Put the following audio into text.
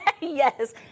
Yes